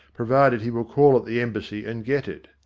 provided he will call at the embassy and get it.